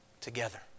together